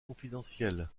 confidentielle